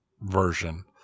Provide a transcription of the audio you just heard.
version